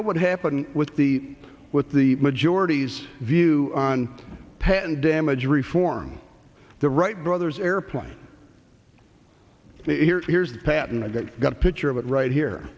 what would happen with the with the majority's view on patent damage reform the wright brothers airplane here here's the patent i got a picture of it right here